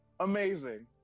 amazing